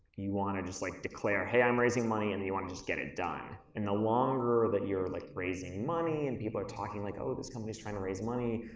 you wanna just like declare, hey, i'm raising money and then, you wanna just get it done. and the longer that you're like raising money and people are talking like, oh, this company's trying to raise money.